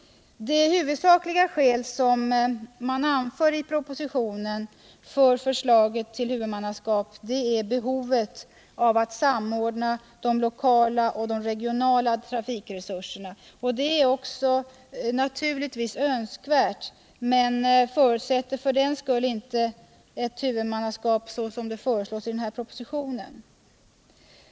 Det huvudsakliga skäl som anförs i propositionen för förslaget till huvudmannaskap är behovet av att samordna de lokala och regionala trafikresurserna. Detta är naturligtvis önskvärt men förutsätter för den skull inte ett huvudmannaskap såsom det föreslås i propositionen.